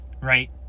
right